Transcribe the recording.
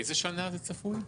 באיזו שנה זה צפוי?